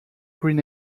green